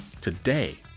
Today